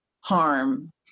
harm